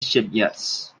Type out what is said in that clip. shipyards